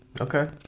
Okay